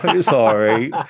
sorry